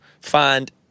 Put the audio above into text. find